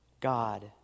God